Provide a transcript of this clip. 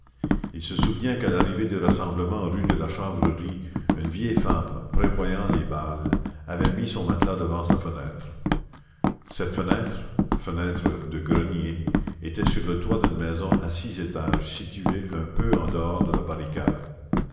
on se souvient qu'à l'arrivée du rassemblement rue de la chanvrerie une vieille femme prévoyant les balles avait mis son matelas devant sa fenêtre cette fenêtre fenêtre de grenier était sur le toit d'une maison à six étages située un peu en dehors de la barricade